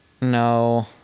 No